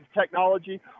technology